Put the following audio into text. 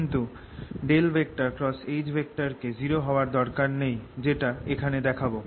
কিন্তু H কে 0 হওয়ার দরকার নেই যেটা এখানে দেখাবো